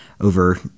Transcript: over